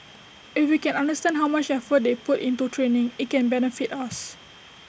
if we can understand how much effort they put into training IT can benefit us